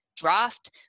draft